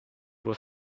were